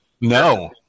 No